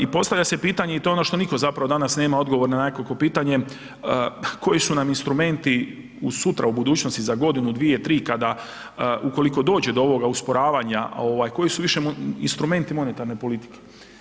I postavlja se pitanje i to je ono što niko zapravo nema danas odgovor na nekakvo pitanje, koji su nam instrumenti sutra u budućnosti, za godinu, dvije, tri kada ukoliko dođe do ovoga usporavanja koji su više instrumenti monetarne politike?